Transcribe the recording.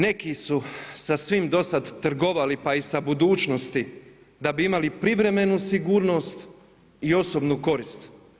Neki su sa svim do sada trgovali pa i sa budućnosti da bi imali privremenu sigurnost i osobnu korist.